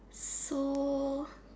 so